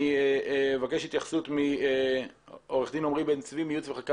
אני מבקש התייחסות מעורך דין עמרי בן צבי מייעוץ וחקיקה,